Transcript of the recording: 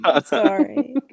sorry